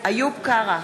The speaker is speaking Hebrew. איוב קרא,